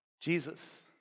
Jesus